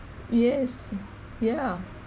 yes yeah